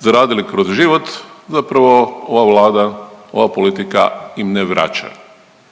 zaradili kroz život zapravo ova Vlada i ova politika im ne vraća,